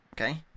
okay